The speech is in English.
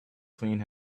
clean